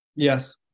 Yes